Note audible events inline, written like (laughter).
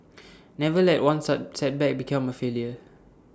never let one (unintelligible) setback become A failure